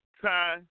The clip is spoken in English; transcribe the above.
try